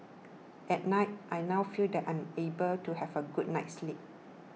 at night I now feel that I am able to have a good night's sleep